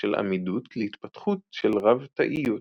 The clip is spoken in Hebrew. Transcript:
של עמידות להתפתחות של רב-תאיות.